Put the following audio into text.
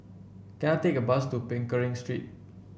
can I take a bus to Pickering Street